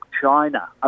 China